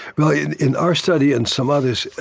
well, in in our study and some others,